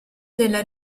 della